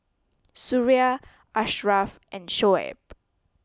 Suria Ashraf and Shoaib